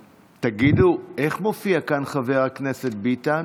תגידו, איך מופיע פה חבר הכנסת ביטן?